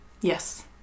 Yes